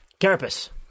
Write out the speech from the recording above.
Carapace